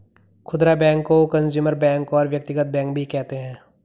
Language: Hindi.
खुदरा बैंक को कंजूमर बैंक और व्यक्तिगत बैंक भी कहते हैं